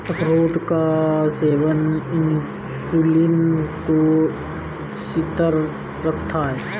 अखरोट का सेवन इंसुलिन को स्थिर रखता है